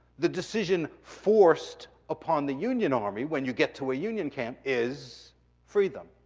the decision forced upon the union army when you get to a union camp is free them.